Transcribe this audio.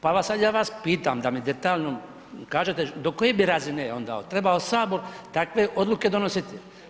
Pa ja vas sada pitam da mi detaljno kažete do koje bi razine trebao … trebao Sabor takve odluke donositi?